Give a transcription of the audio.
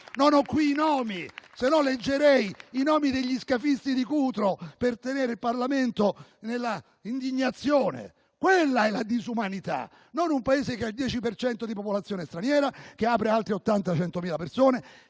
non ho qui i nomi, altrimenti leggerei quelli degli scafisti di Cutro per tenere il Parlamento nell'indignazione. Quella è la disumanità, non un Paese che ha il 10 per cento di popolazione straniera e che apre ad altre 80.000-100.000 persone.